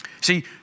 See